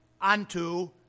Unto